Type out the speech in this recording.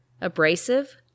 abrasive